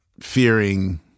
fearing